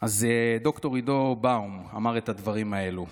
אז ד"ר עידו באום אמר את הדברים האלו.